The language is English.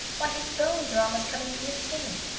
why, his bones are almost coming through his skin.